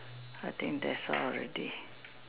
I think that's all already